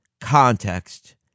Context